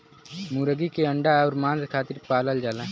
मुरगी के अंडा अउर मांस खातिर पालल जाला